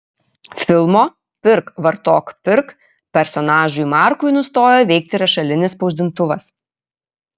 filmo pirk vartok pirk personažui markui nustojo veikti rašalinis spausdintuvas